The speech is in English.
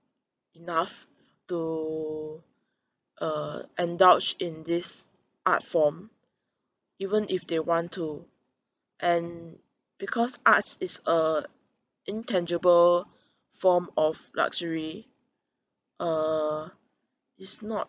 enough to uh indulge in this art form even if they want to and because arts is a intangible form of luxury uh it's not